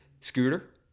scooter